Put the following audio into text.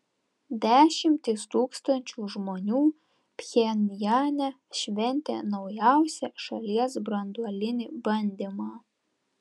dešimtys tūkstančių žmonių pchenjane šventė naujausią šalies branduolinį bandymą